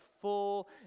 full